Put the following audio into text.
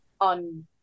on